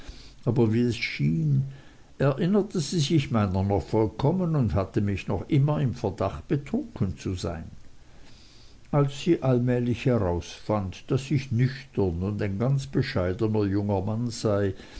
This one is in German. aber wie es schien erinnerte sie sich meiner noch vollkommen und hatte mich noch immer im verdacht betrunken zu sein als sie allmählich herausfand daß ich nüchtern und ein ganz bescheidner junger mann sei